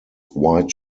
white